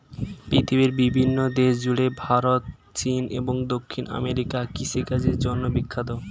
পৃথিবীর বিভিন্ন দেশ জুড়ে ভারত, চীন এবং দক্ষিণ আমেরিকা কৃষিকাজের জন্যে বিখ্যাত